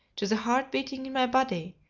to the heart beating in my body,